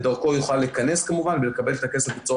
דרכו יוכל להיכנס ולקבל את הכסף בצורה